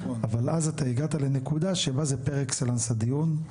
אבל אז אתה הגעת לנקודה שבה זה פר אקסלנס הדיון.